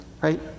right